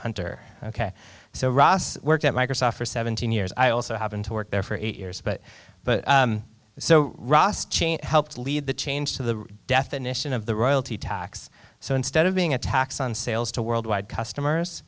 hunter ok so ross worked at microsoft for seventeen years i also happen to work there for eight years but but so ross cheney helped lead the change of the definition of the royalty tax so instead of being a tax on sales to worldwide customers